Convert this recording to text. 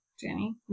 Jenny